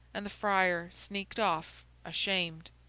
and the friar sneaked off ashamed.